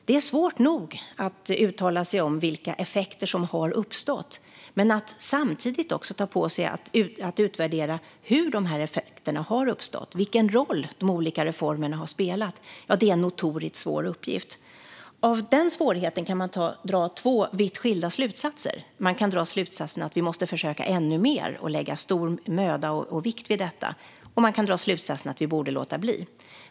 Det är svårt nog att uttala sig om vilka effekter som har uppstått. Att samtidigt ta på sig att utvärdera hur dessa effekter har uppstått och vilken roll de olika reformerna har spelat, ja, det är en notoriskt svår uppgift. Av den svårigheten kan man dra två vitt skilda slutsatser: att vi måste försöka ännu mer och lägga stor vikt vid och möda på detta, eller att vi borde låta bli.